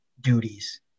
duties